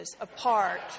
apart